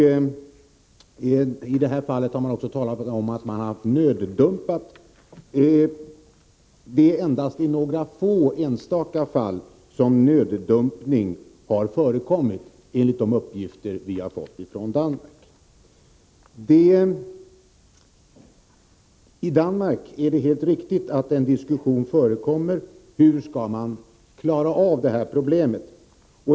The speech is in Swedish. Danskarna har också talat om att de har nöddumpat bomber, men det är endast i några enstaka fall som detta har förekommit, enligt de uppgifter vi har fått från Danmark. Det är helt riktigt att det i Danmark förekommer en diskussion om hur man skall klara av detta problem.